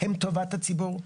שהן טובת הציבור.